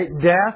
death